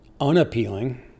unappealing